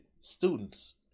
students